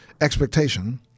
expectation